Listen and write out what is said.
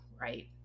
right